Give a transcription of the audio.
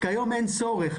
כיום אין צורך,